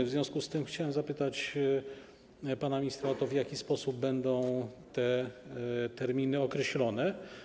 W związku z tym chciałem zapytać pana ministra o to, w jaki sposób te terminy będą określone.